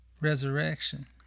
resurrection